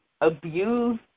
abuse